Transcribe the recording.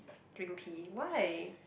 drink pee why